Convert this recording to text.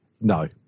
No